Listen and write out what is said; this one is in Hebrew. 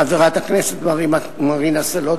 חברת הכנסת מרינה סולודקין.